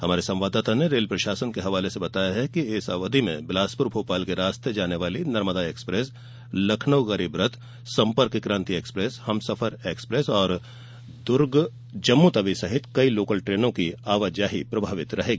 हमारे संवाददाता ने रेल प्रशासन के हवाले से बताया है कि इस अवधि में बिलासपुर भोपाल के रास्ते जाने वाली नर्मदा एक्सप्रेस लखनऊ गरीबरथ संपर्ककान्ति एक्सप्रेस हमसफर एक्सप्रेसदुर्ग जम्मूतवी सहित कई लोकल ट्रेनों की आवाजाही प्रभावित रहेगी